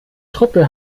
truppe